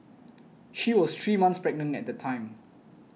she was three months pregnant at the time